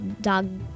dog